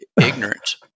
ignorance